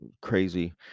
crazy